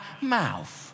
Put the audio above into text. mouth